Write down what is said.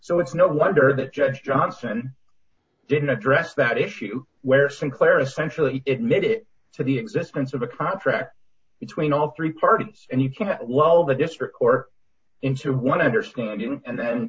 so it's no wonder that judge johnson didn't address that issue where sinclair essentially admitted to the existence of a contract between all three parties and you can love the district or into one understanding and then